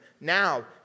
now